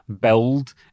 build